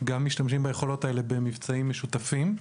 ולהשתמש ביכולות האלה במבצעים משותפים.